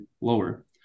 lower